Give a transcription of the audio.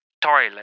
Toilet